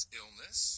illness